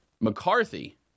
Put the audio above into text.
McCarthy